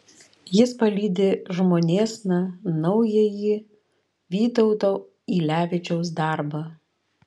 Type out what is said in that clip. jis palydi žmonėsna naująjį vytauto ylevičiaus darbą